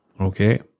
Okay